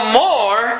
more